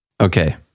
Okay